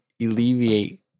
alleviate